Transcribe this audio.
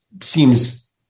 seems